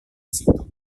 sito